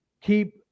keep